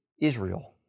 Israel